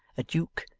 a duke,